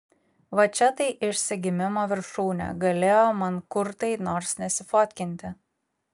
va čia tai išsigimimo viršūnė galėjo mankurtai nors nesifotkinti